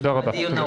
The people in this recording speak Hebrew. הדיון נעול.